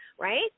Right